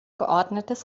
geordnetes